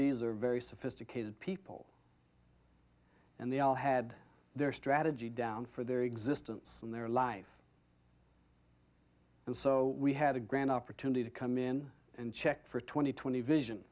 these are very sophisticated people and they all had their strategy down for their existence and their life and so we had a grand opportunity to come in and check for twenty twenty vision